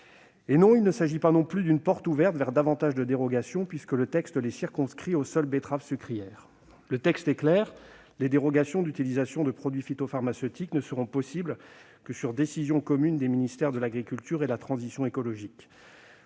Il ne s'agit pas non plus d'une porte ouverte vers davantage de dérogations, puisque le texte les circonscrit aux seules betteraves sucrières. Il précise, en outre, clairement que les dérogations d'utilisation de produits phytopharmaceutiques ne seront possibles que sur décision commune des ministères de l'agriculture et de la transition écologique.